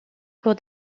cours